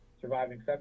surviving